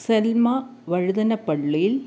സെൽമ വഴുതന പള്ളിയിൽ